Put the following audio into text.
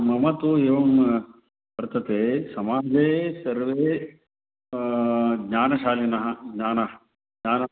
मम तु एवं वर्तते समाजे सर्वे ज्ञानशालिनः ज्ञानं ज्ञानं